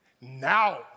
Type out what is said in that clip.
Now